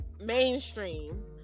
mainstream